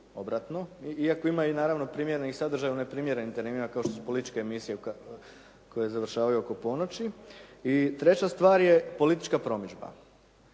iako ima i naravno primjerenih sadržaja u neprimjerenim terminima kao štosu političke emisije koje završavaju oko ponoći. I treća stvar je politička promidžba.